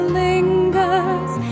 lingers